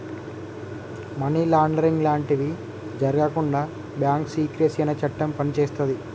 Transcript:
money laundering లాంటివి జరగకుండా bank secrecy అనే చట్టం పనిచేస్తది